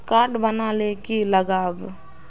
Card बना ले की लगाव?